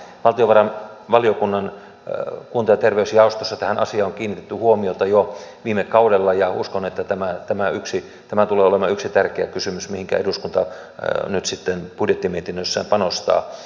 valtiovarainvaliokunnan kunta ja terveysjaostossa tähän asiaan on kiinnitetty huomiota jo viime kaudella ja uskon että tämä tulee olemaan yksi tärkeä kysymys mihinkä eduskunta nyt sitten budjettimietinnössään panostaa